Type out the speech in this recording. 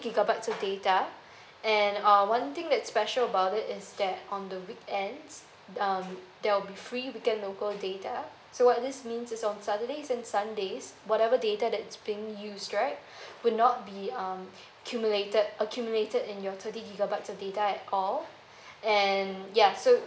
gigabytes of data and uh one thing that's special about it is that on the weekends um there will be free weekend local data so what this means is on saturdays and sundays whatever data that's being used right would not be um cumulated accumulated in your thirty gigabytes of data at all and ya so